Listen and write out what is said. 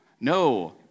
no